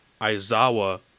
Aizawa